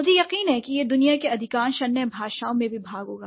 मुझे यकीन है कि यह दुनिया की अधिकांश अन्य भाषाओं में भी होगा